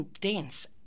dense